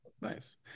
nice